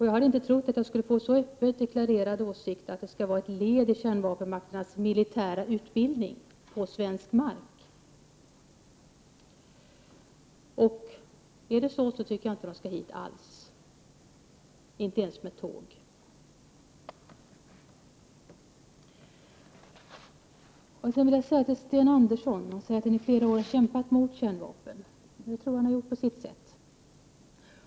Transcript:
Jag hade inte trott att jag skulle få så klart deklarerade åsikter som att dessa besök skall vara ett led i kärnvapenmakternas militära utbildning på svensk mark. Är det så tycker jag inte att de skall komma hit alls, inte ens med tåg. Sten Andersson säger att han under flera år har kämpat mot kärnvapen. Prot. 1988/89:123 Det tror jag att han har gjort på sitt sätt.